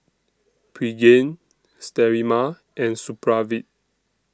Pregain Sterimar and Supravit